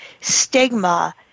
stigma